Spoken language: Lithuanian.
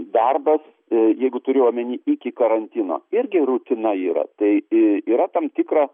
darbas jeigu turiu omeny iki karantino irgi rutina yra tai yra tam tikra